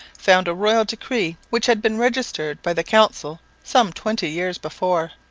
found a royal decree which had been registered by the council some twenty years before,